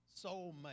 soulmate